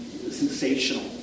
sensational